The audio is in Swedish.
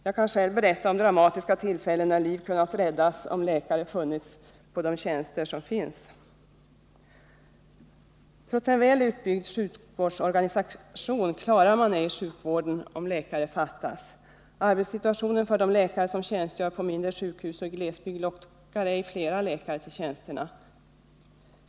Jag kan själv berätta om dramatiska tillfällen när liv kunnat räddas om läkare funnits på de tjänster som finns. Trots en väl utbyggd sjukvårdsorganisation klarar man inte sjukvården om läkare fattas. Arbetssituationen för de läkare som tjänstgör på mindre sjukhus och i glesbygd lockar inte flera läkare till tjänsterna.